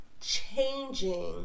changing